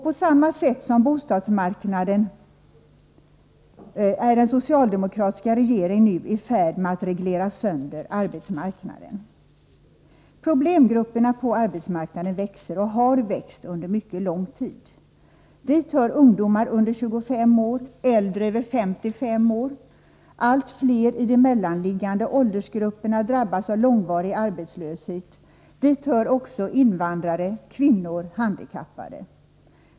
På samma sätt som skett på bostadsmarknaden är den socialdemokratiska regeringen nu i färd med att reglera sönder arbetsmarknaden. Problemgrupperna på arbetsmarknaden växer, och har växt under mycket lång tid. Dit hör ungdomar under 25 år och äldre över 55 år. Allt fler i de mellanliggande åldersgrupperna drabbas av långvarig arbetslöshet. Till problemgrupperna hör också invandrare, kvinnor och handikappade.